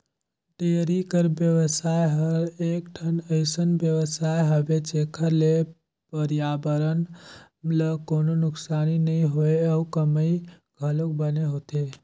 dairy कर बेवसाय हर एकठन अइसन बेवसाय हवे जेखर ले परयाबरन ल कोनों नुकसानी नइ होय अउ कमई घलोक बने होथे